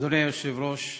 אדוני היושב-ראש,